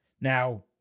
Now